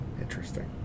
Interesting